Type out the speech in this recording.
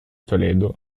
toledo